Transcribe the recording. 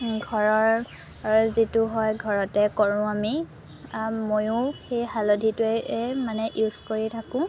ঘৰৰ যিটো হয় ঘৰতে কৰোঁ আমি ময়ো সেই হালধিটোৱে মানে ইউজ কৰি থাকোঁ